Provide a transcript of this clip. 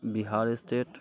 Bihar state